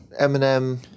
Eminem